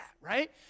right